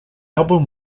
album